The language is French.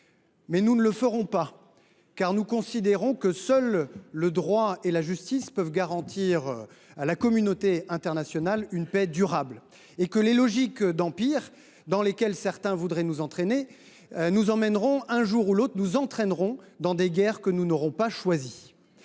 Mais nous ne le ferons pas, car nous considérons que seuls le droit et la justice peuvent garantir à la communauté internationale une paix durable. Les logiques d’empires, dans lesquels certains voudraient nous entraîner, nous mèneraient un jour ou l’autre dans des guerres que nous n’aurons pas choisies.